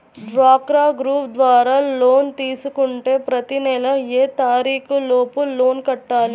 డ్వాక్రా గ్రూప్ ద్వారా లోన్ తీసుకుంటే ప్రతి నెల ఏ తారీకు లోపు లోన్ కట్టాలి?